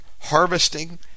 harvesting